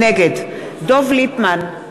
נגד דב ליפמן,